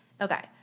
Okay